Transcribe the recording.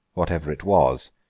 whatever it was,